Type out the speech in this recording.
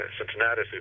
Cincinnati